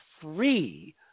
three